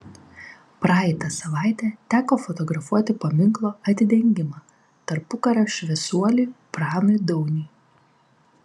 praeitą savaitę teko fotografuoti paminklo atidengimą tarpukario šviesuoliui pranui dauniui